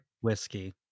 Whiskey